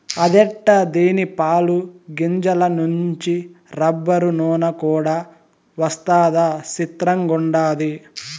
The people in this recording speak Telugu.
అదెట్టా దీని పాలు, గింజల నుంచి రబ్బరు, నూన కూడా వస్తదా సిత్రంగుండాది